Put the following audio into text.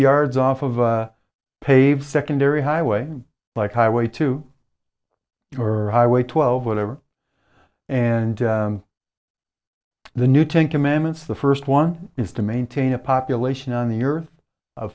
yards off of paved secondary highway like highway two or highway twelve whatever and the new ten commandments the first one is to maintain a population on the earth